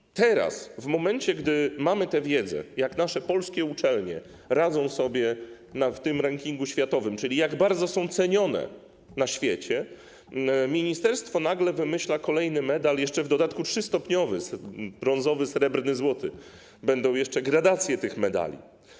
I teraz w momencie, gdy mamy tę wiedzę, jak nasze polskie uczelnie radzą sobie w rankingu światowym, czyli jak bardzo są cenione na świecie, ministerstwo nagle wymyśla kolejny medal, jeszcze w dodatku trzystopniowy: brązowy, srebrny i złoty, tj. będą jeszcze gradacje tych medali.